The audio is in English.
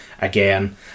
again